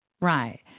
Right